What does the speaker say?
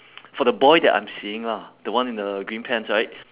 for the boy that I'm seeing lah the one in the green pants right